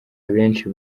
abenshi